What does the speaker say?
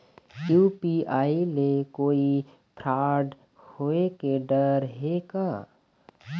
UPI ले कोई fraud होए के डर हे का?